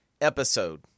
episode